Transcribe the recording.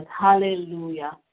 Hallelujah